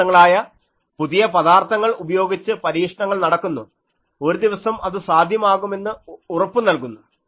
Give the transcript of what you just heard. വ്യത്യസ്തങ്ങളായ പുതിയ പദാർത്ഥങ്ങൾ ഉപയോഗിച്ച് പരീക്ഷണങ്ങൾ നടക്കുന്നു ഒരു ദിവസം ഇത് സാധ്യമാകുമെന്ന് ഉറപ്പു നൽകുന്നു